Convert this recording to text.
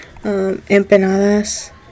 Empanadas